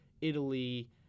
Italy